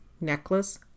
necklace